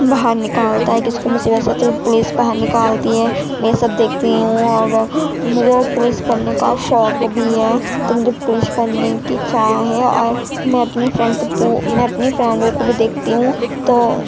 باہر نکالتا ہے کسی کو مصیبت سے تو پولس باہر نکالتی ہے وہی سب دیکھتی ہوں اور مجھے پولس بننے کا شوق بھی ہے تو مجھے پولش بننے کی چاہ ہے اور میں اپنی فرینڈ سب کو میں اپنی فرینڈوں کو بھی دیکھتی ہوں تو